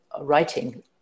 writing